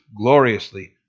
gloriously